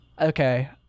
Okay